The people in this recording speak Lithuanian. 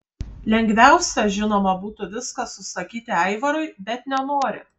lengviausia žinoma būtų viską susakyti aivarui bet nenori